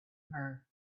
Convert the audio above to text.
her